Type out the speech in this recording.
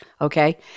okay